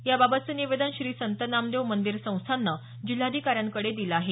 याबाबतचे निवेदन श्री संत नामदेव मंदिर संस्थाननं जिल्हाधिकाऱ्यांकडे दिलं आहे